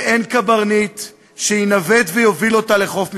ואין קברניט שינווט ויוביל אותה לחוף מבטחים.